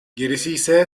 gerisiyse